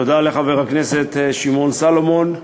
תודה לחבר הכנסת שמעון סולומון.